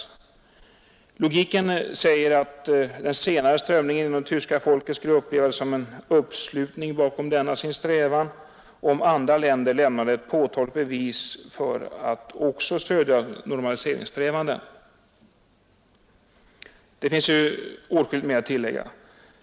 Logiken säger att den senare strömningen inom det tyska folket skulle uppleva det som en uppslutning bakom denna sin strävan, om andra länder lämnade ett påtagligt bevis för att också de stöder normaliseringssträvandena, Det finns åtskilligt mer att tillägga.